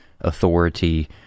authority